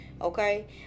okay